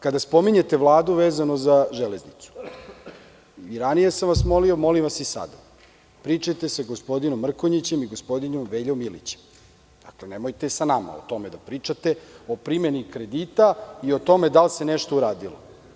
Kada spominjete Vladu vezano za železnicu i ranije sam vas molio, molim vas i sada, pričajte sa gospodinom Mrkonjićem i gospodinom Veljom Ilićem, nemojte sa nama o tome da pričate, o primeni kredita i o tome da li se nešto uradilo.